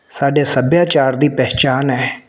ਸਾਡੇ ਸੱਭਿਆਚਾਰ ਦੀ ਪਹਿਚਾਣ ਹੈ